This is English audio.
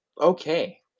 okay